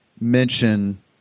mention